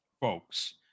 folks